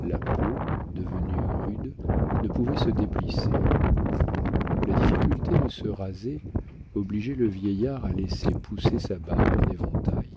la peau devenue rude ne pouvait se déplisser la difficulté de se raser obligeait le vieillard à laisser pousser sa barbe en éventail